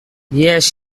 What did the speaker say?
yes